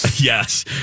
Yes